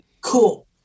cool